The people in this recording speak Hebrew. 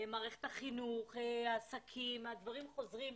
מערכת החינוך, העסקים, והדברים חוזרים לתפקד.